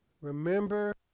remember